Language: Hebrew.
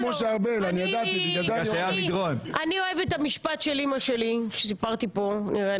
אני אוהבת אתה משפט של אימא שלי שסיפרתי כאן.